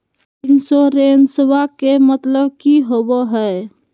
इंसोरेंसेबा के मतलब की होवे है?